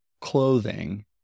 clothing